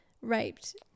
raped